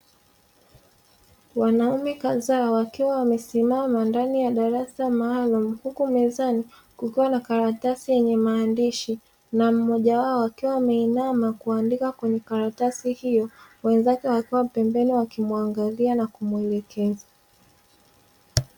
Wanaume kadhaa wakiwa wamesimama ndani ya darasa maalumu, huku mezani kukiwa na karatasi yenye maandishi na mmoja wao akiwa ameinama kuandika kwenye karatasi hiyo, wenzake wakiwa pembeni wakimuangalia na kumuelekeza.